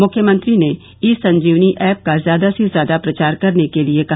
मुख्यमंत्री ने e Sanjeevani app का ज्यादा से ज्यादा प्रचार करने के लिये कहा